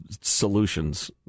solutions